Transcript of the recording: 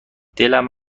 دلم